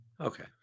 Okay